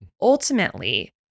Ultimately